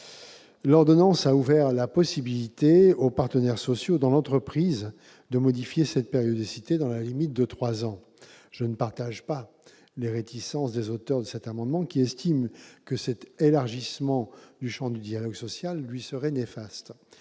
L'ordonnance a ouvert aux partenaires sociaux dans l'entreprise la possibilité de modifier cette périodicité, dans la limite de trois ans. Je ne partage pas les réticences des auteurs de cet amendement, qui estiment que cet élargissement du champ du dialogue social lui serait néfaste